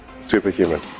superhuman